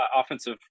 offensive